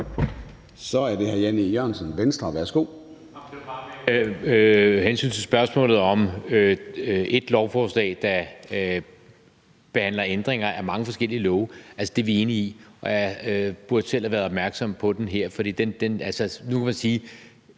Kl. 11:27 Jan E. Jørgensen (V): [Lydudfald] hensyn til spørgsmålet om ét lovforslag, der behandler ændringer af mange forskellige love – det er vi enige i. Jeg burde selv have været opmærksom på det her. Nu kan man sige,